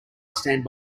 stand